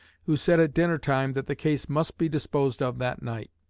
who said at dinner-time that the case must be disposed of that night.